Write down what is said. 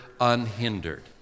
unhindered